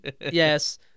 yes